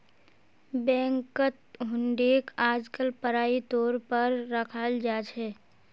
बैंकत हुंडीक आजकल पढ़ाई तौर पर रखाल जा छे